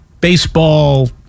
baseball